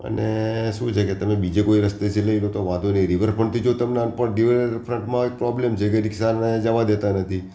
અને શું છે કે તમે બીજે કોઈ રસ્તેથી લઇ લો તો વાંધો નહીં રિવરફ્રન્ટથી જો તમને અન પણ રિવરફ્રન્ટમાં એક પ્રોબ્લેમ છે કે રીક્ષાને જવા દેતા નથી